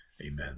amen